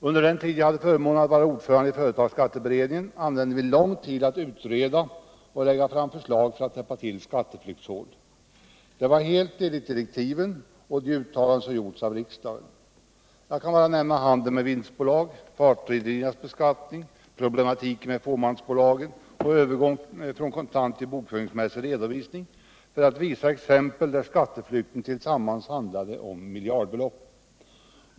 Under den period jag hade förmånen att vara ordförande i företagsskatteberedningen använde vi lång tid till att utreda och lägga fram förslag för att täppa till skatteflyktshål. Detta var helt enligt direktiven och de uttalanden som har gjorts av riksdagen. Jag kan bara nämna handel med vinstbolag, partsrederiernas beskattning, problematiken med fåmansbolagen och övergång från kontant till bokföringsmässig redovisning, för att visa exempel där skatteflykten tillsammans handlade om miljardbelopp.